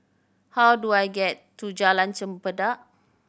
how do I get to Jalan Chempedak